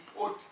put